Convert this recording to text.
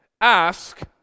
ask